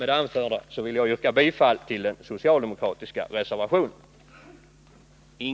Med det anförda vill jag yrka bifall till den socialdemokratiska reservationen.